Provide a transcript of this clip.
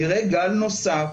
נראה גל נוסף,